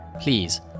please